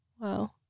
Wow